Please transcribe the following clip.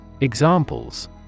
Examples